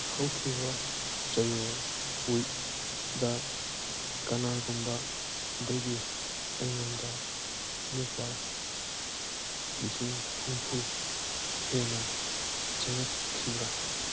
ꯍꯧꯈꯤꯕ ꯆꯌꯣꯜ ꯋꯤꯛꯇ ꯀꯅꯥꯒꯨꯝꯕꯗꯒꯤ ꯑꯩꯉꯣꯟꯗ ꯂꯨꯄꯥ ꯂꯤꯁꯤꯡ ꯍꯨꯝꯐꯨ ꯍꯦꯟꯅ ꯆꯪꯉꯛꯈꯤꯕ꯭ꯔ